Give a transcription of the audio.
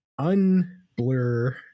unblur